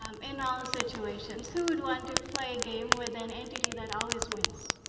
um in all situations. who would want to play a game with an entity that always wins?